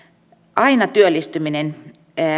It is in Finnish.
aina työllistyminen